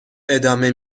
ادامه